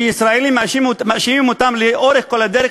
שהישראלים מאשימים אותם לאורך כל הדרך